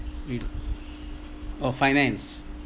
with oh finance